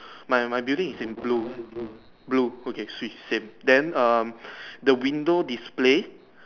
my my building is in blue blue okay swee same then um the window display